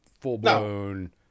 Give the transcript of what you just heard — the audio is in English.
full-blown